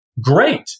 great